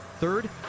Third